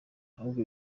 ahubwo